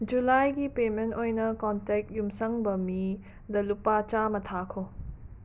ꯖꯨꯂꯥꯏꯒꯤ ꯄꯦꯃꯦꯟ ꯑꯣꯏꯅ ꯀꯣꯟꯇꯦꯛ ꯌꯨꯝꯁꯪꯕ ꯃꯤꯗ ꯂꯨꯄꯥ ꯆꯥꯝꯃ ꯊꯥꯈꯣ